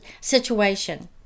situation